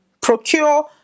procure